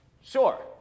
sure